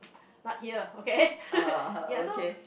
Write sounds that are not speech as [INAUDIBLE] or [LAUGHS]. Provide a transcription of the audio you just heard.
not here okay [LAUGHS] ya so